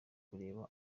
kureba